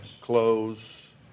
clothes